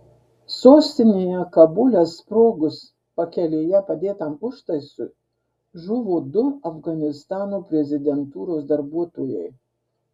sostinėje kabule sprogus pakelėje padėtam užtaisui žuvo du afganistano prezidentūros darbuotojai